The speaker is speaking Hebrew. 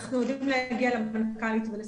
אנחנו יודעים להגיע למנכ"לית ולשר.